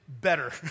better